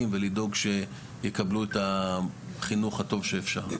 ולדאוג שיקבלו את החינוך הטוב שאפשר.